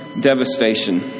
devastation